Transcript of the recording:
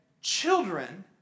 children